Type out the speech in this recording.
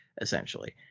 essentially